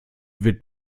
wird